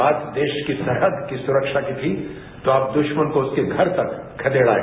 भारत देश की सरहद की सुरक्षा की थी तो आप दुश्मन को उसके घर तक खदेड़ आए